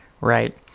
right